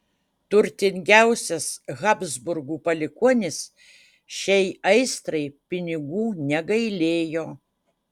turtingiausias habsburgų palikuonis šiai aistrai pinigų negailėjo